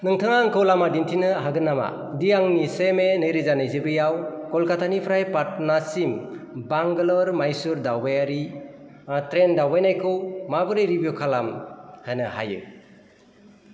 नोंथाङा आंखौ लामा दिन्थिनो हागोन नामा दि आंनि से मे नैरोजा नैजिब्रैआव कलकातानिफ्राय पाटनासिम बांगालर माइसुर दावबायारि ट्रेन दावबायनायखौ माबोरै रिभिउ खालामहोनो हायो